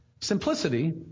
Simplicity